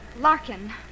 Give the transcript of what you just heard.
Larkin